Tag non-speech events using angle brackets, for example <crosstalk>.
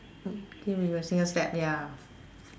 <noise> begin with a single step ya